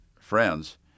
friends